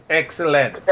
excellent